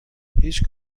هیچ